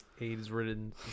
AIDS-ridden